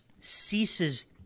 ceases